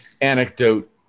anecdote